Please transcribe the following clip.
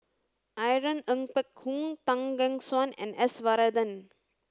Irene Ng Phek Hoong Tan Gek Suan and S Varathan